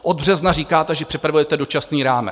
Od března říkáte, že připravujete dočasný rámec.